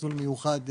מסלול מיוחד,